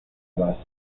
base